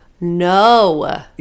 no